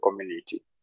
community